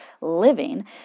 living